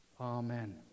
Amen